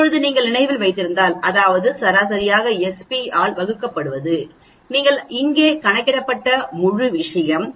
இப்போது நீங்கள் நினைவில் வைத்திருந்தால் அதாவது சராசரியாக Sp ஆல் வகுக்கப்படுவது நீங்கள் இங்கே கணக்கிட்ட முழு விஷயம்